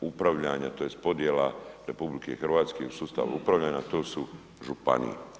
upravljanja tj. podjela RH u sustavu upravljanja, a to su županije.